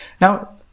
Now